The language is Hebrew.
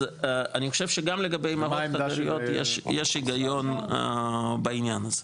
אני חושב שיש היגיון בעניין הזה.